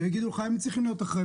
יגידו לך שהם צריכים להיות אחראיים